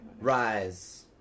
Rise